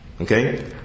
Okay